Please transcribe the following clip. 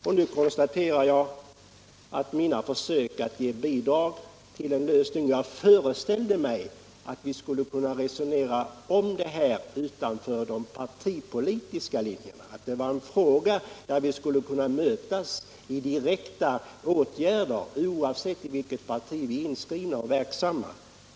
Jag hade föreställt mig att vi skulle kunna resonera utanför de partipolitiska linjerna om mina försök att ge bidrag till en lösning. Detta är en fråga där vi skulle ha kunnat mötas i direkta åtgärder, oavsett i vilket parti vi är inskrivna och verksamma.